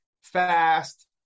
Fast